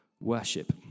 worship